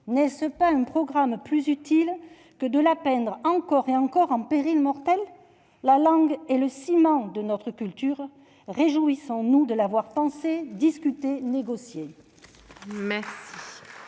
n'est-ce pas un programme plus utile que de la peindre, encore et encore, en péril mortel ? La langue est le ciment de notre culture. Réjouissons-nous de la voir pensée, discutée, négociée.